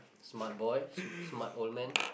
smart boy s~ smart old man